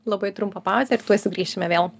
labai trumpą pauzę ir tuoj sugrįšime vėl